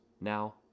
Now